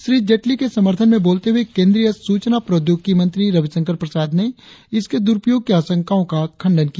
श्री जेटली के समर्थन में बोलते हुए केंद्रीय सूचना प्रौद्योगिकी मंत्री रविशंकर प्रसाद ने इसके दुरुपयोग की आशंकाओं का खंण्डन किया